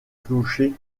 clocher